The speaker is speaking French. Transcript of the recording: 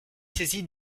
saisie